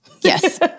Yes